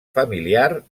familiar